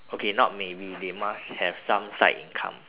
okay not maybe they must have some side income